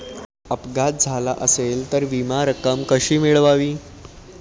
अपघात झाला असेल तर विमा रक्कम कशी मिळवावी?